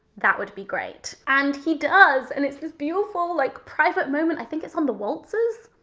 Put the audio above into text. that would be great. and he does and it's this beautiful like private moment i think it's on the waltz's?